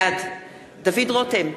בעד דוד רותם,